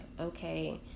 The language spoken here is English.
okay